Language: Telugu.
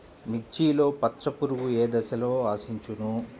మిర్చిలో పచ్చ పురుగు ఏ దశలో ఆశించును?